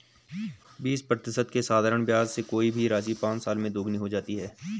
बीस प्रतिशत के साधारण ब्याज से कोई भी राशि पाँच साल में दोगुनी हो जाती है